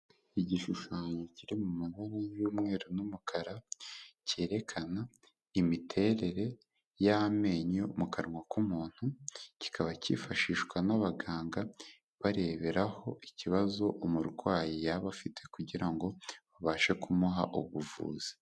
Igishushanyo kiri mu mabara y'umweru n'umukara cyerekana imiterere y'amenyo mu kanwa k'umuntu, kikaba cyifashishwa n'abaganga bareberaho ikibazo umurwayi yaba afite kugira ngo babashe kumuha ubuvuzi.